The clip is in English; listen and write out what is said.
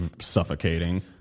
suffocating